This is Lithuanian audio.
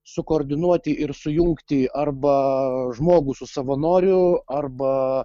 sukoordinuoti ir sujungti arba žmogų su savanoriu arba